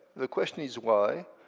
the question is why.